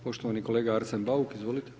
Poštovani kolega Arsen Bauk, izvolite.